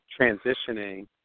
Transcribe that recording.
transitioning